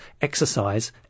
exercise